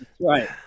Right